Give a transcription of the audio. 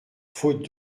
faute